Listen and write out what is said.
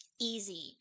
easy